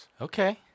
Okay